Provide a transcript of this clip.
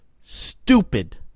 stupid